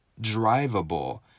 drivable